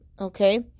okay